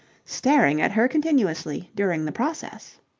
staring at her continuously during the process.